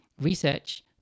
research